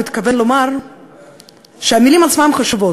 הוא התכוון לומר שהמילים עצמן חשובות.